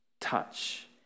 touch